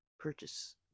Purchase